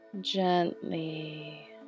Gently